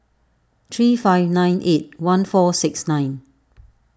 three five nine eight one four six nine